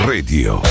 Radio